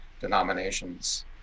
denominations